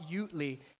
Utley